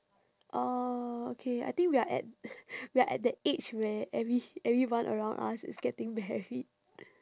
oh okay I think we are at we are at that age where every~ everyone around us is getting married